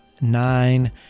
nine